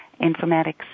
informatics